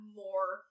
more